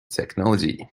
technology